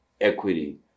equity